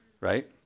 right